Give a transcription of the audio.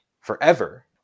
forever